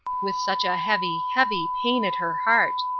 with such a heavy, heavy pain at her heart.